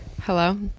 Hello